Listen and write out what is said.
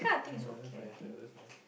ya that's nice ah that's nice